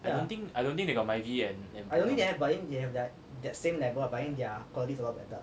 I don't think I don't think they have Myvi and and the